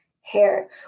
hair